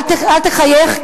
אל תחייך,